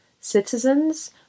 citizens